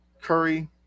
Curry